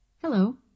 Hello